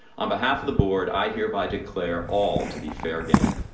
on behalf of the board, i hereby declare all to be fair game.